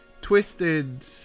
twisted